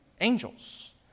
Angels